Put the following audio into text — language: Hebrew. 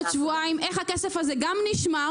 בעוד שבועיים איך הכסף הזה גם נשמר,